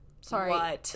Sorry